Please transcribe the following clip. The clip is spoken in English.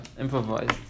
improvised